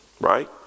Right